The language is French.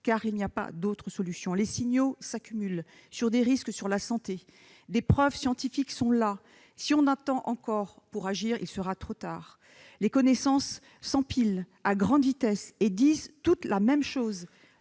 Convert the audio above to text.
: il n'y a pas d'autre solution ! Les signaux s'accumulent, notamment quant aux risques pour la santé ; les preuves scientifiques sont là. Si l'on attend encore pour agir, il sera trop tard ! Les connaissances s'empilent à grande vitesse et elles disent toutes la même chose